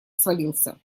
свалился